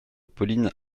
pauline